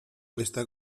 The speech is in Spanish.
está